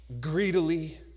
greedily